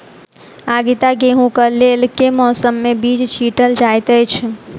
आगिता गेंहूँ कऽ लेल केँ मौसम मे बीज छिटल जाइत अछि?